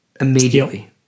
immediately